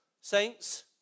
saints